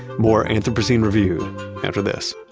more anthropocene reviewed after this